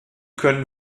können